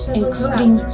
including